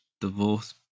divorce